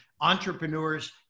entrepreneurs